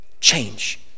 change